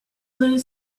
blue